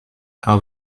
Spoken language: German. auf